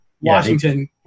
Washington